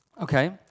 Okay